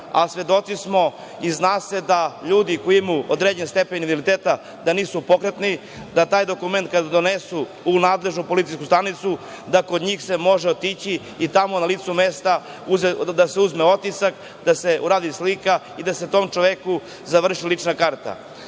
a svedoci smo i zna se da ljudi koji imaju određen stepen invaliditeta da nisu pokretni, da kad taj dokument kada donese u nadležnu policijsku stanicu, da se kod njih može otići i tamo, na licu mesta da se uzme otisak, da se uradi slika i da se tom čoveku završi lična karta. Veliki